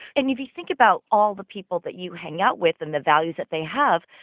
and if you think about all the people that you hang out with and the values that they have,